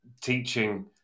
teaching